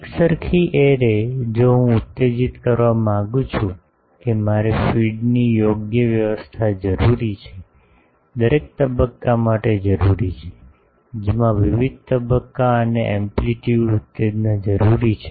એકસરખી એરે જો હું ઉત્તેજીત કરવા માંગુ છું કે મારે ફીડની યોગ્ય વ્યવસ્થા જરૂરી છે દરેક તબક્કા માટે જરૂરી છે જેમાં વિવિધ તબક્કા અને એમ્પલીટ્યુડ ઉત્તેજના જરૂરી છે